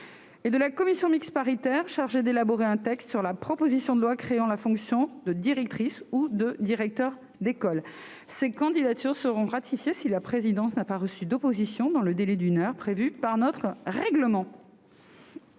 de la commission mixte paritaire chargée d'élaborer un texte sur la proposition de loi créant la fonction de directrice ou de directeur d'école ont été publiées. Ces candidatures seront ratifiées si la présidence n'a pas reçu d'opposition dans le délai d'une heure prévu par notre règlement.